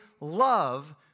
love